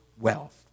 wealth